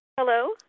Hello